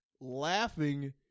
laughing